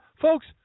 Folks